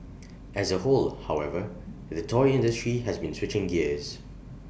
as A whole however the toy industry has been switching gears